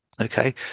okay